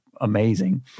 amazing